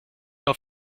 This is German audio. auf